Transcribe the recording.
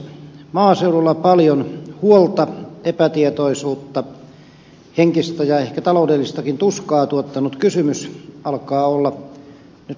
maaseudulla paljon huolta epätietoisuutta henkistä ja ehkä taloudellistakin tuskaa tuottanut kysymys alkaa olla nyt loppuvaiheissa